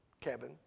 Kevin